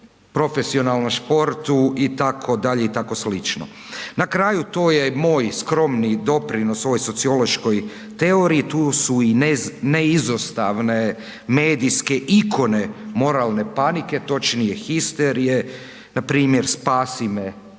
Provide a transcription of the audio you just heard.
profesionalnom športu i tako dalje i tako slično. Na kraju to je moj skromni doprinos ovoj sociološkoj teoriji, tu su i neizostavne medijske ikone moralne panike točnije histerije, primjer „Spasi me“